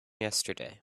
yesterday